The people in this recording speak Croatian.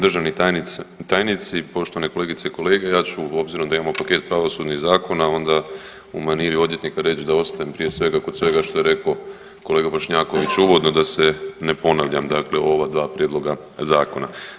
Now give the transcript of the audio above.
Državni tajnici, poštovani kolegice i kolege ja ću obzirom da imamo paket pravosudnih zakona onda u maniri odvjetnika reći da ostajem prije svega kod svega što je rekao kolega Bošnjaković uvodno da se ne ponavljam dakle o ova dva prijedloga zakona.